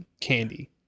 candy